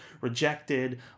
rejected